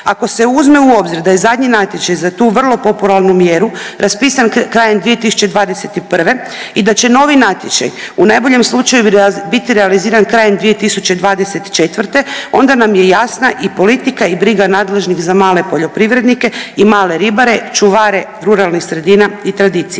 Ako se uzme u obzir da je zadnji natječaj za tu vrlo popularnu mjeru raspisan krajem 2021. i da će novi natječaj u najboljem slučaju biti realiziran krajem 2024. onda nam je jasna i politika i briga nadležnih za male poljoprivrednike i male ribare, čuvare ruralnih sredina i tradicije.